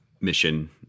mission